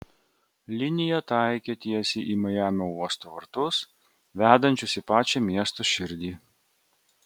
linija taikė tiesiai į majamio uosto vartus vedančius į pačią miesto širdį